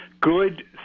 good